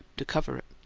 to cover it.